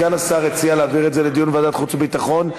סגן השר הציע להעביר את הנושא לדיון בוועדת חוץ וביטחון.